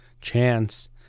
chance